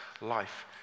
life